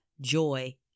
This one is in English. joy